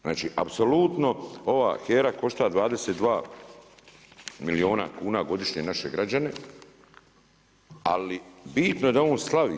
Znači, apsolutno ova HERA košta 22 milijuna kuna godišnje naše građane, ali bitno je da on slavi.